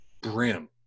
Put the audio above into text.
brim